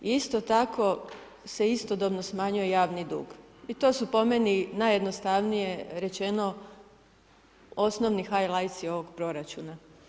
Isto tako se istodobno smanjuje javni dug i to su po meni najjednostavnije rečeno osnovni …/nerazumljivo/… ovog proračuna.